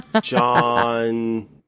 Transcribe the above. John